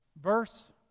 Verse